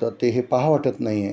तर ते हे पहा वाटत नाही आहे